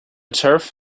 turf